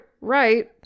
right